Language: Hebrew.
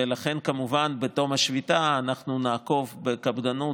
ולכן כמובן בתום השביתה אנחנו נעקוב בקפדנות